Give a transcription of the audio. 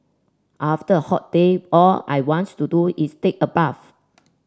after a hot day all I wants to do is take a bath